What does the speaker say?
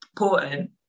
important